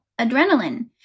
adrenaline